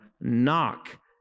Knock